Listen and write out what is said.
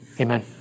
Amen